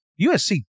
USC